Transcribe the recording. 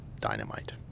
dynamite